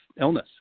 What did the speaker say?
illness